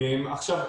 עכשיו,